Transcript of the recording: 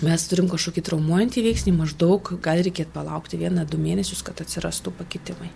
mes turim kažkokį traumuojantį veiksnį maždaug gali reikėt palaukti vieną du mėnesius kad atsirastų pakitimai